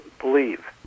believe